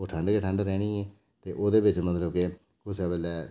ओह् ठंड गै ठंड रौह्नी ऐ ते ओह्दे बिच मतलब कि कुसै बेल्लै